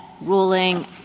ruling –